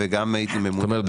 וגם הייתי ממונה --- זאת אומרת,